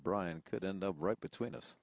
bryant could end up right between